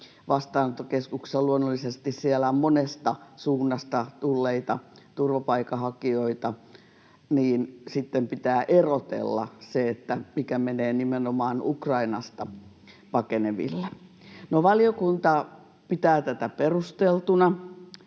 vastaanottokeskuksissa luonnollisesti on monesta suunnasta tulleita turvapaikanhakijoita, niin sitten pitää erotella, mikä menee nimenomaan Ukrainasta pakeneville. No, valiokunta pitää tätä perusteltuna,